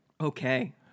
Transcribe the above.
Okay